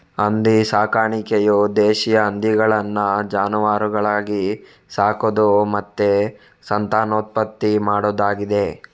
ಹಂದಿ ಸಾಕಾಣಿಕೆಯು ದೇಶೀಯ ಹಂದಿಗಳನ್ನ ಜಾನುವಾರುಗಳಾಗಿ ಸಾಕುದು ಮತ್ತೆ ಸಂತಾನೋತ್ಪತ್ತಿ ಮಾಡುದಾಗಿದೆ